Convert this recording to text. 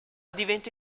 diventa